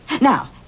Now